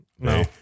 no